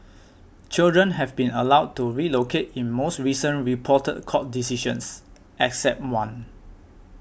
children have been allowed to relocate in most recent reported court decisions except one